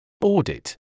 Audit